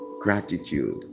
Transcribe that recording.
gratitude